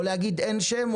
או להגיד: אין שם,